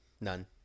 None